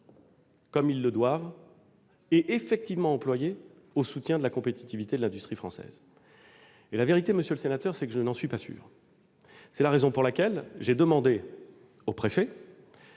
comme ils doivent l'être, et effectivement employés pour servir la compétitivité de l'industrie française. En vérité, monsieur le sénateur, je n'en suis pas sûr. C'est la raison pour laquelle j'ai demandé au préfet